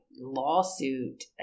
lawsuit